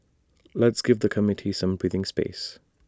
let's give the committee some breathing space